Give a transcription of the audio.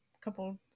couple